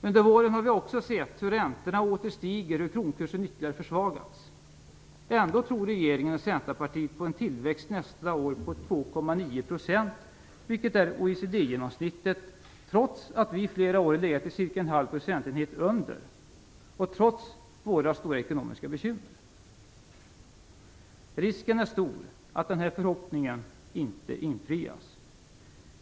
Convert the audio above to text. Under våren har vi också sett hur räntorna åter stiger och hur kronkursen ytterligare försvagats. Ändå tror regeringen och Centerpartiet på en tillväxt nästa år på ca 2,9 %, vilket är OECD-genomsnittet, trots att vi i flera år legat ca en halv procentenhet under, och trots våra stora ekonomiska bekymmer. Risken är stor att denna förhoppning inte infrias.